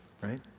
right